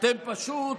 אתם פשוט